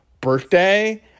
birthday